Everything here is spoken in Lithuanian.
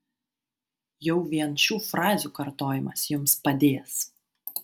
jau vien šių frazių kartojimas jums padės